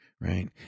right